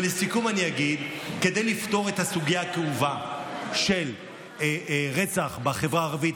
ולסיכום אני אגיד: כדי לפתור את הסוגיה הכאובה של רצח בחברה הערבית,